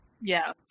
Yes